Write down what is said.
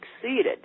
succeeded